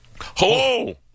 Hello